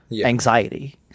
anxiety